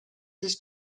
his